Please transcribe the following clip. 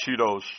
Cheetos